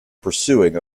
pursuing